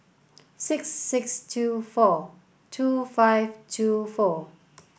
six six two four two five two four